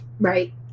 right